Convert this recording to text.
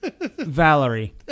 Valerie